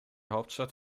hauptstadt